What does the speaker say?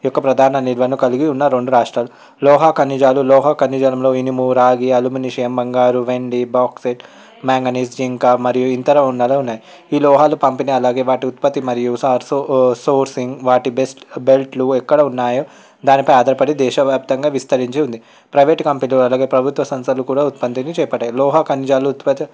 యొక్క ప్రధాన నివారణ కలిగి ఉన్న రెండు రాష్ట్రాలు లోహ ఖనిజాలు లోహ ఖనిజంలో ఇనుము రాగి అల్యూమినిష్యం బంగారు వెండి బాక్సైట్ మ్యాంగనీస్ జింక్ మరియు ఇంతలో ఉన్నాయే ఉన్నాయి ఈ లోహాలు పంపిణీ అలాగే వాటి ఉత్పత్తి మరియు సోర్సింగ్ వాటి బెస్ట్ బెల్ట్లు ఎక్కడ ఉన్నాయో దాన్ని ఆధారపడి దేశవ్యాప్తంగా విస్తరించి ఉంది ప్రైవేట్ కంపెనీలు అలాగే ప్రభుత్వ సంస్థలు కూడా ఉత్పత్తిని చేపట్టాయి లోహ ఖనిజాలు ఉత్పత్తి